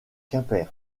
quimper